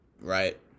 right